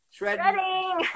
Shredding